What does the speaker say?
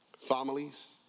families